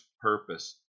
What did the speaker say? purpose